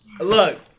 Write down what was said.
Look